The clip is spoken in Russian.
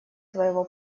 своего